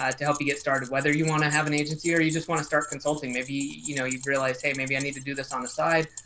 to help you get started, whether you want to have an agency or you just want to start consulting, maybe you know, you've realized, hey, maybe i need to do this on the side,